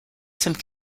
some